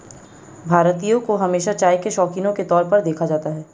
भारतीयों को हमेशा चाय के शौकिनों के तौर पर देखा जाता है